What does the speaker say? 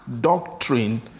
doctrine